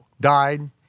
died